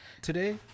Today